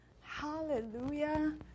Hallelujah